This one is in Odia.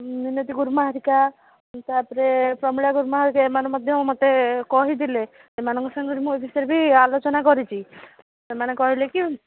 ମିନତି ଗୁରୁମା ହେରିକା ତାପରେ ପ୍ରମିଳା ଗୁରୁମା ହେକା ଏମାନେ ମଧ୍ୟ ମୋତେ କହିଥିଲେ ଏମାନଙ୍କ ସାଙ୍ଗରେ ମୁଁ ଏ ବିଷୟରେ ବି ଆଲୋଚନା କରିଛି ସେମାନେ କହିଲେ କି